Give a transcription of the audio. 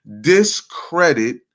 Discredit